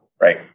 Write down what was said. right